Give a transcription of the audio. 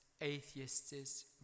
atheists